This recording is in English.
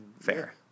Fair